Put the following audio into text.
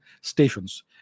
stations